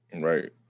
Right